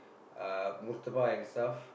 uh murtabak and stuff